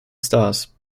stars